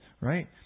right